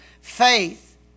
Faith